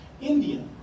India